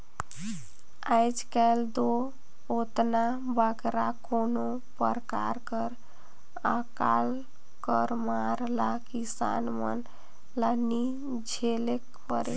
आएज काएल दो ओतना बगरा कोनो परकार कर अकाल कर मार ल किसान मन ल नी झेलेक परे